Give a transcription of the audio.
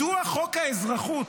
מדוע חוק האזרחות,